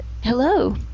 hello